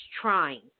trying